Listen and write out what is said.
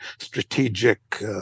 strategic